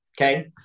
okay